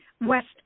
West